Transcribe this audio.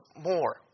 more